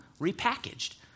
repackaged